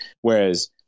Whereas